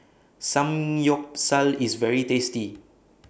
Samgyeopsal IS very tasty